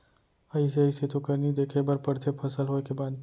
अइसे अइसे तो करनी देखे बर परथे फसल होय के बाद